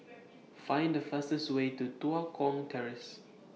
Find The fastest Way to Tua Kong Terrace